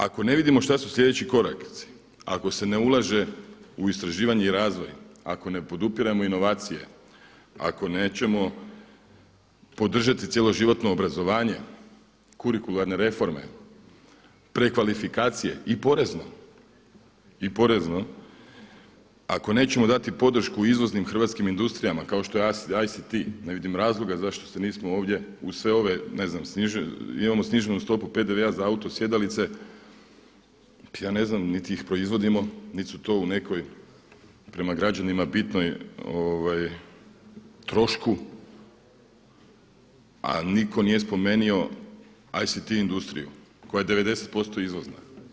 Ako ne vidimo što su sljedeći koraci, ako se ne ulaže u istraživanje i razvoj, ako ne podupiremo inovacije, ako nećemo podržati cjeloživotno obrazovanje, kurikularne reforme, prekvalifikacije i porezno, ako nećemo dati podršku izvoznim hrvatskim industrijama kao što je ICT, ne vidim razloga zašto se nismo ovdje uz sve ove – imamo sniženu stopu PDV-a za auto sjedalice, pa ja ne znam, niti ih proizvodimo, niti su to u nekoj prema građanima bitnom trošku – a nitko nije spomenuo ICT industriju koja je 90% izvozna.